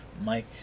Mike